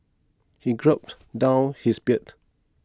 he gulped down his beer